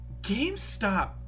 GameStop